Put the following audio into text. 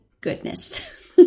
goodness